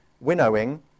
winnowing